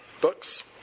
books